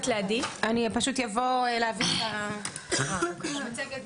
להבין על הסיפור של ההנגשה השפתית.